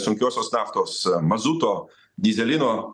sunkiosios naftos mazuto dyzelino